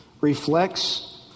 reflects